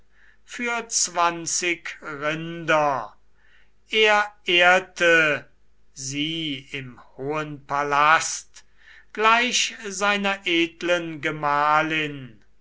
für zwanzig rinder er ehrte sie im hohen palast gleich seiner edlen gemahlin